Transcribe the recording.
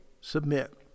submit